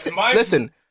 listen